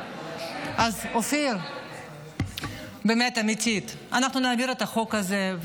אז אופיר, באמת, אמיתי, אנחנו נעביר את החוק הזה.